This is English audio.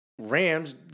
Rams